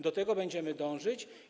Do tego będziemy dążyć.